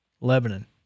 Lebanon